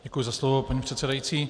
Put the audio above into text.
Děkuji za slovo, paní předsedající.